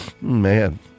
man